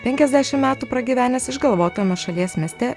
penkiasdešim metų pragyvenęs išgalvotame šalies mieste